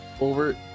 over